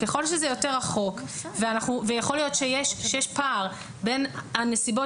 ככל שזה יותר רחוק ויכול להיות שיש פער בין הנסיבות